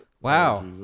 Wow